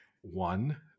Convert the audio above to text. One